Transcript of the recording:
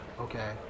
Okay